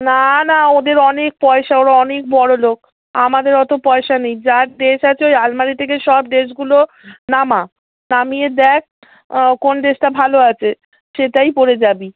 না না ওদের অনেক পয়সা ওরা অনেক বড়োলোক আমাদের অতো পয়সা নেই যা ড্রেস আছে ওই আলমারি থেকে সব ড্রেসগুলো নামা নামিয়ে দেখ কোন ড্রেসটা ভালো আছে সেটাই পরে যাবি